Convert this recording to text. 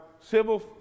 civil